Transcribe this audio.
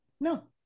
No